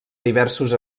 diversos